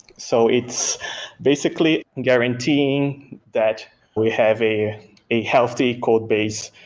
so it's basically guaranteeing that we have a a healthy code base,